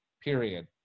period